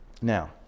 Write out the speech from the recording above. Now